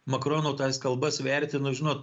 makrono tais kalbas vertinu žinot